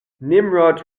nimrod